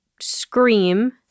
scream